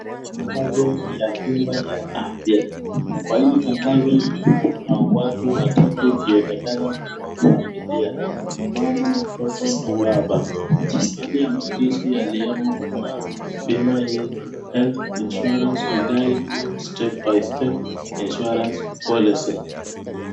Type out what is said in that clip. Tangazo ya bima ya afya. Kwa hili tangazo kuna watu watatu ikionekana kuwa ni familia. Mama, mtoto na baba. Baadhi ya maandishi yaliyomo kwa bima hii ni health insurance we guide you step by step insurance policy .